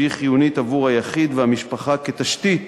שהיא חיונית עבור היחיד והמשפחה כתשתית